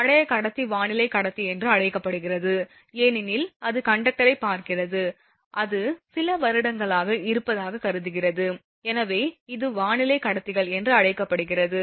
பழைய கடத்தி வானிலை கடத்தி என்று அழைக்கப்படுகிறது ஏனெனில் அது கண்டக்டரைப் பார்க்கிறது அது சில வருடங்களாக இருப்பதாகக் கருதுகிறது எனவே இது வானிலை கடத்திகள் என்று அழைக்கப்படுகிறது